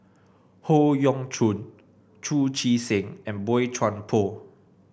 Howe Yoon Chong Chu Chee Seng and Boey Chuan Poh